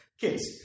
kids